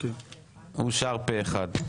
אושר פה אחד.